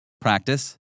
Practice